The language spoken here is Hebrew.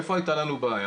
איפה הייתה לנו בעיה?